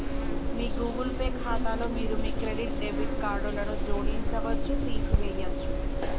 మీ Google Pay ఖాతాలో మీరు మీ క్రెడిట్, డెబిట్ కార్డులను జోడించవచ్చు, తీసివేయచ్చు